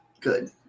Good